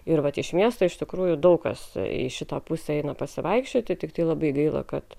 ir vat iš miesto iš tikrųjų daug kas į šitą pusę eina pasivaikščioti tiktai labai gaila kad